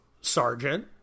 sergeant